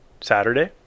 saturday